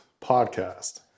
podcast